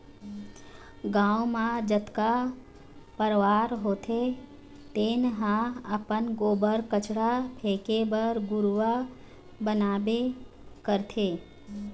गाँव म जतका परवार होथे तेन ह अपन गोबर, कचरा फेके बर घुरूवा बनाबे करथे